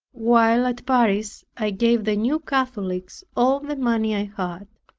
while at paris i gave the new catholics all the money i had.